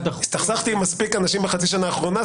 הסתכסכתי עם מספיק אנשים בחצי השנה האחרונה,